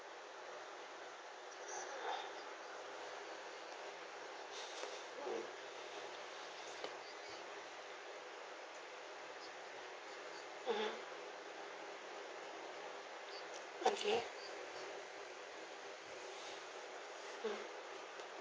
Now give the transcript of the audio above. mmhmm okay mmhmm